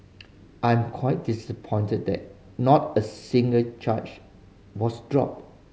I'm quite disappointed that not a single charge was dropped